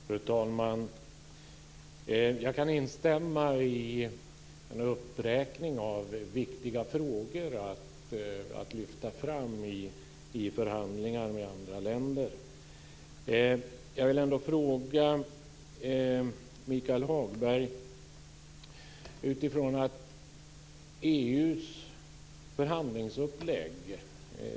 Fru talman! Jag kan instämma i en uppräkning av viktiga frågor att lyfta fram i förhandlingar med andra länder. Jag vill ändå ställa en fråga till Michael Hagberg utifrån EU:s förhandlingsupplägg.